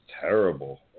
terrible